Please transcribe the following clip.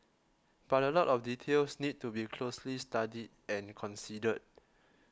but a lot of details need to be closely studied and considered